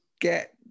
get